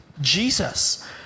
Jesus